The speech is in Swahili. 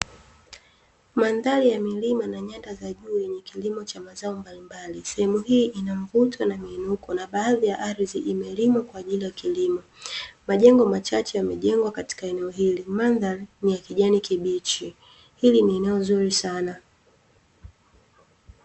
Mandhari ya milima na nyanda za juu yenye kilimo cha mazao mbalimbali. Sehemu hii ina mvuto na miinuko, na baadhi ya ardhi imelimwa kwa ajili ya kilimo. Majengo machache yamejengwa katika eneo hili. Mandhari ni ya kijani kibichi. Hili ni eneo zuri sana.